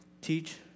teach